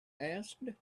asked